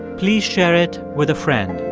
please share it with a friend.